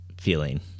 feeling